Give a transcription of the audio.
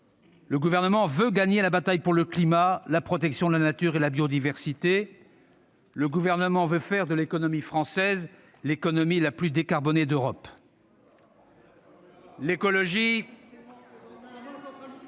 Ce gouvernement veut gagner la bataille pour le climat, la protection de la nature et la biodiversité. Il entend faire de l'économie française la plus décarbonée d'Europe. »